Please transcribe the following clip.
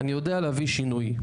אני יודע להביא שינוי.